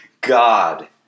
God